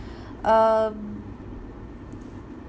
uh